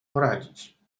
poradzić